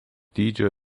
dydžio